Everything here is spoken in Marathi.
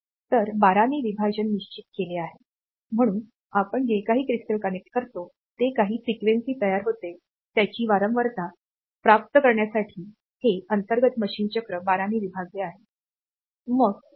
तर 12 चे विभाजन निश्चित केले आहे म्हणून आपण जे काही क्रिस्टल कनेक्ट करतो जे काही फ्रिक्वेन्सी तयार होते त्याची वारंवारता प्राप्त करण्यासाठी हे अंतर्गत मशीन चक्र 12 ने विभागले आहे